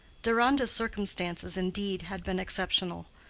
deronda's circumstances, indeed, had been exceptional.